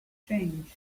change